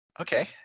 Okay